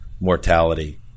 mortality